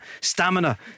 Stamina